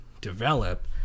develop